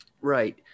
right